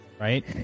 right